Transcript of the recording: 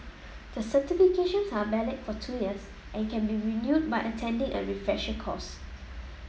the certifications are valid for two years and can be renewed by attending a refresher course